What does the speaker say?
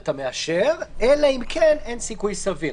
אתה מאשר, אלא אם כן אין סיכוי סביר.